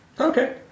Okay